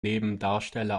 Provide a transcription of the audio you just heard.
nebendarsteller